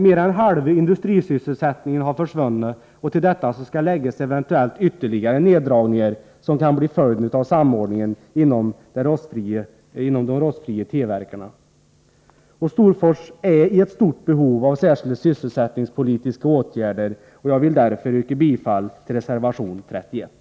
Mer än halva industrisysselsättningen har försvunnit, och till detta skall läggas eventuella ytterligare neddragningar som följd av samordningen inom tillverkningen av rostfritt stål. Storfors är i stort behov av särskilda sysselsättningspolitiska åtgärder, och jag vill därför yrka bifall till reservation 31.